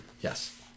Yes